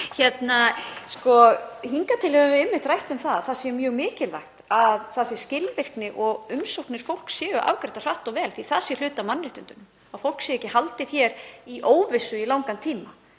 að síður. Hingað til höfum við einmitt rætt um að það sé mjög mikilvægt að það sé skilvirkni og að umsóknir fólks séu afgreiddar hratt og vel því að það sé hluti af mannréttindum að fólki sé ekki haldið hér í óvissu í langan tíma.